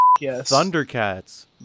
Thundercats